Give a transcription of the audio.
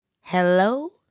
Hello